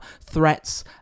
threats